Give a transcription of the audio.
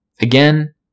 Again